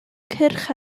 cyrch